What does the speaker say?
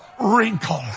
wrinkle